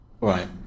Right